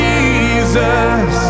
Jesus